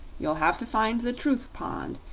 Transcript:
you'll have to find the truth pond,